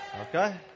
Okay